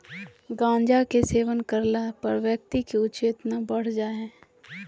गांजा के सेवन करला पर व्यक्ति के उत्तेजना बढ़ जा हइ